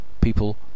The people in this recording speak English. people